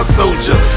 soldier